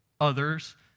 other's